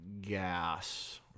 gas